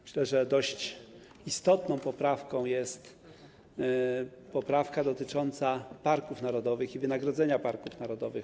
Myślę, że dość istotną poprawką jest poprawka dotycząca parków narodowych i wynagrodzenia w parkach narodowych.